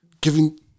giving